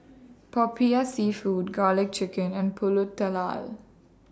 Popiah Seafood Garlic Chicken and Pulut Tatal